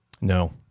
No